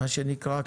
מה שנקרא,